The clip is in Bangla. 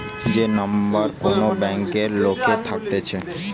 যে নম্বর কোন ব্যাংকে লোকের থাকতেছে